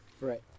Right